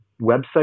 website